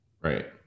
Right